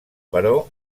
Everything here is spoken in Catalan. però